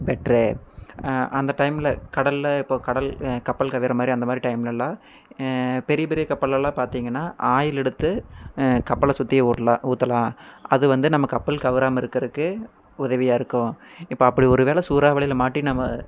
பெட்ரு அந்த டைம்ல கடல்ல இப்போது கடல் கப்பல் கவிழ்ற மாதிரி அந்த மாதிரி டைம்லலாம் பெரிய பெரிய கப்பல்லலாம் பார்த்திங்கன்னா ஆயில் எடுத்து கப்பலை சுற்றி ஊர்லா ஊற்றலாம் அது வந்து நமக்கு கப்பல் கவுறாமல் இருக்கிறதுக்கு உதவியாக இருக்கும் இப்போ அப்படி ஒருவேளை சூறாவளியில மாட்டி நம்ம